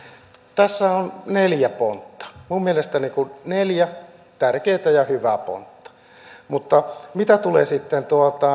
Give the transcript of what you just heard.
tässä on neljä pontta minun mielestäni neljä tärkeätä ja hyvää pontta mutta mitä tulee sitten